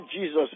Jesus